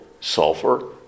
sulfur